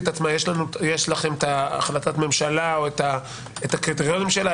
יש לכם החלטת ממשלה לגבי התכנית הממשלתית עצמה?